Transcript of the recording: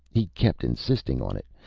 he kept insisting on it,